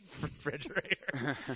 refrigerator